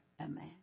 Amen